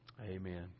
Amen